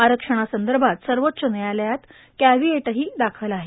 आरक्षणासंदर्भात सर्वोच्च न्यायालयात कॅविएटही दाखल आहे